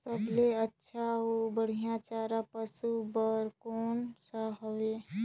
सबले अच्छा अउ बढ़िया चारा पशु बर कोन सा हवय?